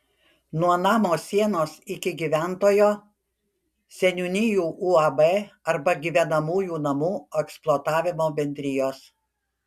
nuo namo sienos iki gyventojo seniūnijų uab arba gyvenamųjų namų eksploatavimo bendrijos